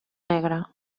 negre